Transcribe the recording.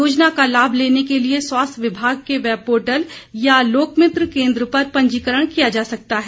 योजना का लाभ लेने के लिए स्वास्थ्य विभाग की वैबपोर्टल या लोकमित्र केन्द्र पर पंजीकरण किया जा सकता है